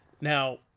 Now